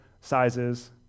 sizes